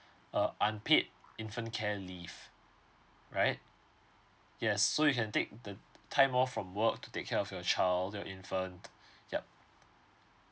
uh unpaid infant care leave right yes so you can take the time off from work to take care of your child your infant yup